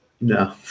No